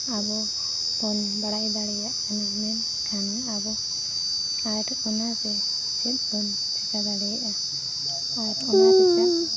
ᱟᱵᱚ ᱵᱚᱱ ᱵᱟᱲᱟᱭ ᱫᱟᱲᱮᱭᱟᱜ ᱠᱟᱱᱟ ᱢᱮᱱᱠᱷᱟᱱ ᱟᱵᱚ ᱟᱨ ᱚᱱᱟᱨᱮ ᱪᱮᱫ ᱵᱚᱱ ᱪᱮᱠᱟ ᱫᱟᱲᱮᱭᱟᱜᱼᱟ ᱟᱨ ᱚᱱᱟ ᱪᱮᱠᱟ